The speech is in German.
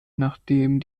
nachdem